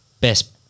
best